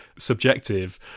subjective